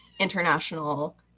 international